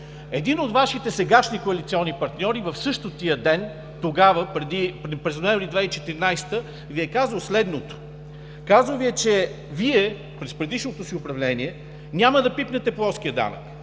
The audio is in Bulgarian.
Един от Вашите сегашни коалиционни партньори в същия ден тогава, през ноември 2014 г., Ви е казал следното. Казал Ви е, че Вие през предишното си управление няма да пипнете плоския данък,